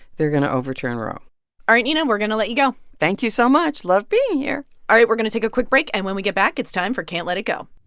they're going to overturn roe all right, nina, we're going to let you go thank you so much love being here all right, we're going to take a quick break. and when we get back, it's time for can't let it go